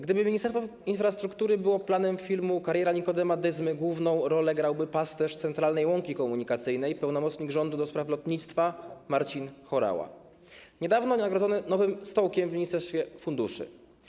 Gdyby Ministerstwo Infrastruktury było planem filmu ˝Kariera Nikodema Dyzmy˝, główną rolę grałby pasterz centralnej łąki komunikacyjnej, pełnomocnik rządu do spraw lotnictwa Marcin Horała, niedawno nagrodzony nowym stołkiem w ministerstwie funduszy.